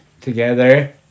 together